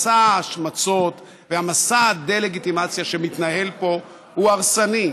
מסע ההשמצות ומסע הדה-לגיטימציה שמתנהל פה הוא הרסני.